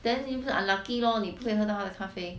then 你不是 unlucky lor 你不可以喝到他的咖啡